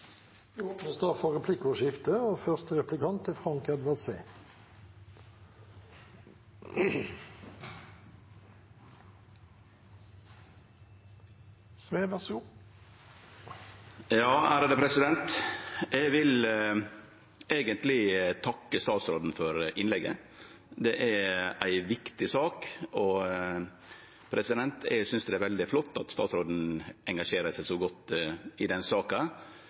Eg vil eigentleg takke statsråden for innlegget. Det er ei viktig sak, og eg synest det er veldig flott at statsråden engasjerer seg så godt i denne saka.